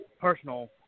personal